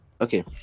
okay